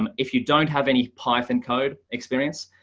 um if you don't have any python code experience,